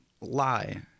lie